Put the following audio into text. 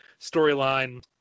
storyline